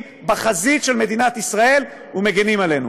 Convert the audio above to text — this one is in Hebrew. בחזית של מדינת ישראל ומגינים עלינו.